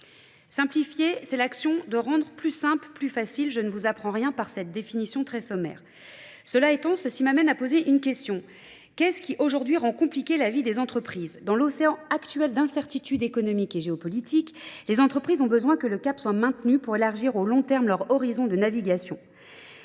Simplifier, c'est l'action de rendre plus simple, plus facile. Je ne vous apprends rien par cette définition très sommaire. Cela étant, ceci m'amène à poser une question. Qu'est-ce qui aujourd'hui rend compliquer la vie des entreprises ? Dans l'océan actuel d'incertitude économique et géopolitique, les entreprises ont besoin que le cap soit maintenu pour élargir au long terme leur horizon de navigation.